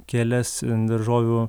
kelias daržovių